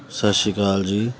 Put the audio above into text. ਸਤਿ ਸ਼੍ਰੀ ਅਕਾਲ ਜੀ